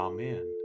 Amen